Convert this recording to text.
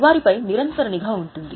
వారిపై నిరంతర నిఘా ఉంటుంది